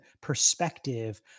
perspective